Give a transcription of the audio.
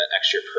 extra